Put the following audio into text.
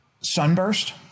Sunburst